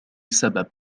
سبب